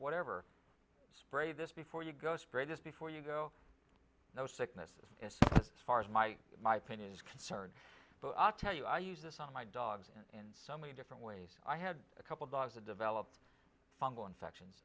whatever spray this before you go spray just before you go no sickness as far as my my pain is concerned but i'll tell you i use this on my dogs in so many different ways i had a couple dogs that developed fungal infections